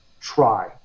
try